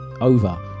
over